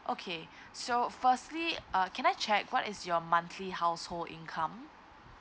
okay so firstly uh can I check what is your monthly household income